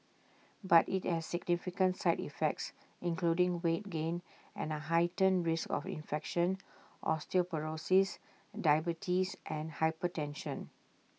but IT has significant side effects including weight gain and A heightened risk of infection osteoporosis diabetes and hypertension